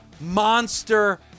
Monster